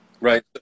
right